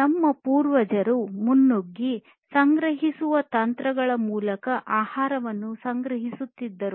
ನಮ್ಮ ಪೂರ್ವಜರುಗಳು ಮುನ್ನುಗ್ಗಿ ಸಂಗ್ರಹಿಸುವ ತಂತ್ರಗಳ ಮೂಲಕ ಆಹಾರವನ್ನು ಸಂಗ್ರಹಿಸುತ್ತಿದ್ದರು